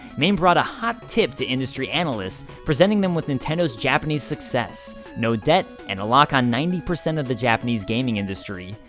main brought a hot tip to industry analysts, presenting them with nintendo's japanese success no debt, and a lock on ninety percent of the japanese gaming industry.